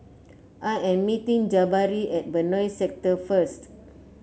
I am meeting Jabari at Benoi Sector first